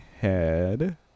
head